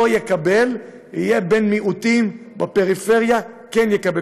לא יקבל, יהיה בן מיעוטים בפריפריה, כן יקבל.